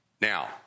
Now